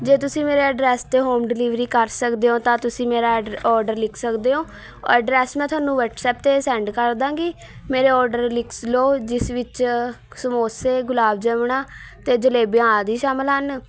ਜੇ ਤੁਸੀਂ ਮੇਰੇ ਐਡਰੈੱਸ 'ਤੇ ਹੋਮ ਡਿਲੀਵਰੀ ਕਰ ਸਕਦੇ ਹੋ ਤਾਂ ਤੁਸੀਂ ਮੇਰਾ ਐਡਰ ਔਡਰ ਲਿਖ ਸਕਦੇ ਹੋ ਐਡਰੈੱਸ ਮੈਂ ਤੁਹਾਨੂੰ ਵਟਸਐਪ 'ਤੇ ਸੈਂਡ ਕਰ ਦਾਂਗੀ ਮੇਰੇ ਔਡਰ ਲਿਖ ਲਓ ਜਿਸ ਵਿੱਚ ਸਮੋਸੇ ਗੁਲਾਬ ਜਾਮੁਣਾ ਅਤੇ ਜਲੇਬੀਆਂ ਆਦਿ ਸ਼ਾਮਿਲ ਹਨ